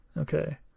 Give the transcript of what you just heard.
Okay